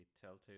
telltale